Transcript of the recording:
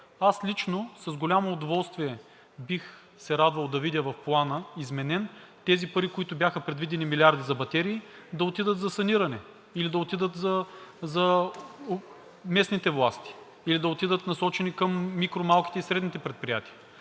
Аз лично с голямо удоволствие бих се радвал да видя в Плана – изменен, тези пари, които бяха предвидени, милиарди за батерии, да отидат за саниране или да отидат за местните власти, или да отидат, насочени към микро-, малките и средните предприятия,